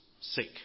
sake